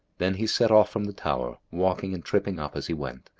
then he set off from the tower, walking and tripping up as he went,